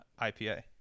ipa